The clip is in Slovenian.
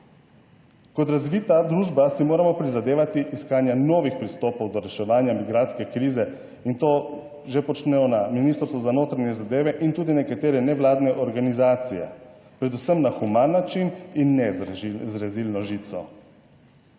Kot razvita družba si moramo prizadevati iskanja novih pristopov do reševanja migrantske krize in to že počnejo na Ministrstvu za notranje zadeve in tudi nekatere nevladne organizacije predvsem na human način in ne z rezilno žico.